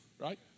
right